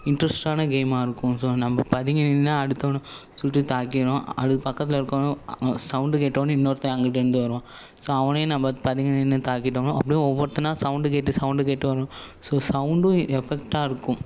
இன்ட்ரெஸ்ட்டான கேமாக இருக்கும் ஸோ நம்ம பதுங்கி நின்று அடுத்தவனை சுட்டுத் தாக்கிடுவான் அது பக்கத்தில் இருக்கிறவனும் அவன் சவுண்ட் கேட்டவொடனே இன்னோருத்தவன் அங்கிட்டேருந்து வருவான் ஸோ அவனையும் நம்ம பதுங்கி நின்று தாக்கிட்டோம்னால் அப்படியே ஒவ்வொருத்தனாக சவுண்ட் கேட்டு சவுண்ட் கேட்டு வருவான் ஸோ சவுண்டும் எஃபெக்ட்டாக இருக்கும்